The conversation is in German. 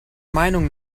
meinung